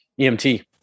EMT